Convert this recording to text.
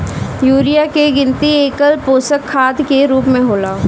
urea के गिनती एकल पोषक खाद के रूप में होला